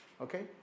Okay